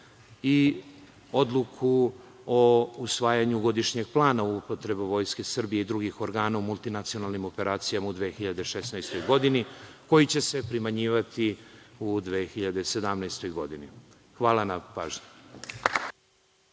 i odluku o usvajanju godišnjeg plana o upotrebi Vojske Srbije i drugih organa u multinacionalnim operacijama u 2016. godini koji će se primenjivati u 2017. godini. Hvala na pažnji.